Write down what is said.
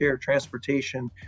transportation